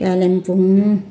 Kalimpong